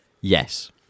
yes